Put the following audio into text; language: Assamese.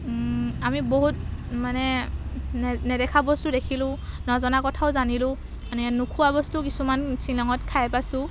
আমি বহুত মানে নেদেখা বস্তু দেখিলোঁ নজনা কথাও জানিলোঁ মানে নোখোৱা বস্তুও কিছুমান শ্বিলঙত খাই পাইছোঁ